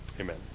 Amen